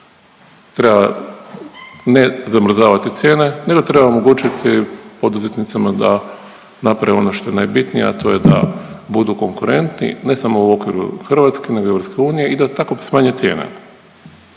Treba ne zamrzavati cijene, nego treba omogućiti poduzetnicima da naprave ono što je najbitnije, a to je da budu konkurentni ne samo u okviru Hrvatske, nego i EU i da tako smanje cijene.